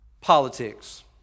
Politics